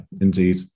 Indeed